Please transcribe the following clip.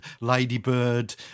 ladybird